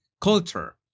culture